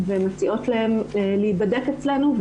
ומציעות להן להיבדק אצלנו,